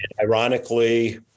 Ironically